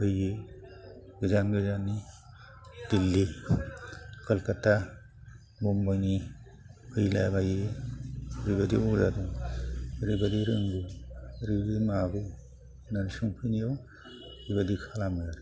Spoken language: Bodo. फैयो गोजान गोजाननि दिल्ली कलकाता मुम्बाइनि फैलाबायो बेबायदि अजा दं ओरैबादि रोंगौ ओरैबादि मागौ होनानै सोंफैनायाव बेबादि खालामो आरो